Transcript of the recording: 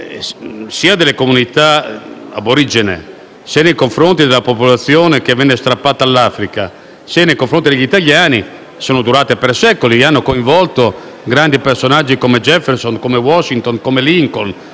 delle comunità aborigene, sia nei confronti della popolazione che venne strappata all'Africa, sia nei confronti degli italiani, sono durati per secoli e hanno coinvolto grandi personaggi, come Jefferson, Washington, Lincoln,